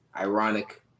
Ironic